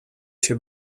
się